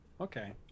Okay